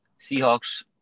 Seahawks